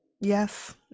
Yes